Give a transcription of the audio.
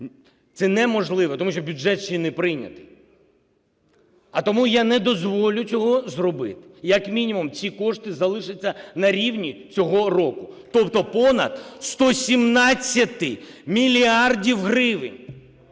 Це неможливо, тому бюджет ще не прийнятий, а тому я не дозволю цього зробити, як мінімум ці кошти залишаться на рівні цього року, тобто понад 117 мільярдів гривень,